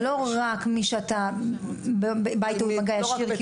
שבא עם התלמיד במגע ישיר,